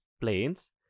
planes